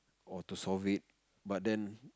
or to solve it but then